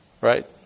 right